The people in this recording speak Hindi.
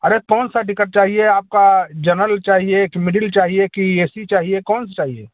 अरे कौन सी टिकट चाहिए आपको जनरल चाहिए कि मिडिल चाहिए कि ए सी चाहिए कौन सा चाहिए